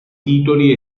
titoli